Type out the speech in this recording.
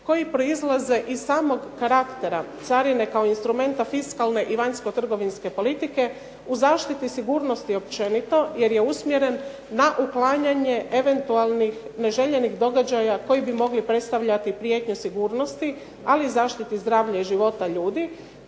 koji proizlaze iz samog karaktera carine kao instrumenta fiskalne i vanjskotrgovinske politike, u zaštiti sigurnosti općenito, jer je usmjeren na uklanjanje eventualnih neželjenih događaja koji bi mogli predstavljati prijetnju sigurnosti, ali i zaštiti zdravlja i života ljudi,